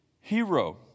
hero